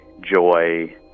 joy